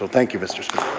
and thank you. mr. so